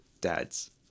dads